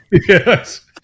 Yes